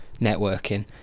networking